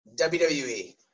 WWE